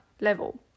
level